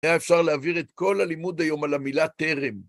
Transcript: היה אפשר להעביר את כל הלימוד היום על המילה תרם.